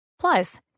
Plus